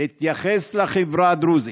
להתייחס לחברה הדרוזית,